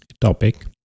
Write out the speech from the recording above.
topic